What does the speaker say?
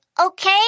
okay